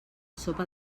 sopa